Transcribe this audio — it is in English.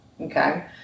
Okay